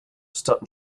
stunt